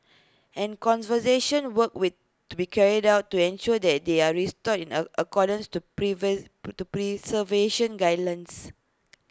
and conservation work will to be carried out to ensure that they are restored in accordance to pre to preservation guidelines